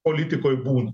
politikoj būna